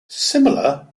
similar